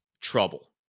trouble